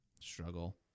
struggle